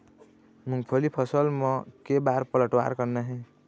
मूंगफली फसल म के बार पलटवार करना हे?